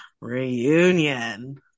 reunion